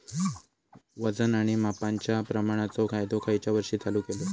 वजन आणि मापांच्या प्रमाणाचो कायदो खयच्या वर्षी चालू केलो?